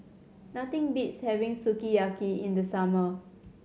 nothing beats having Sukiyaki in the summer